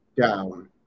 down